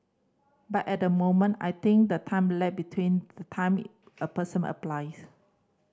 but at the moment I think the time lag between the time a person applies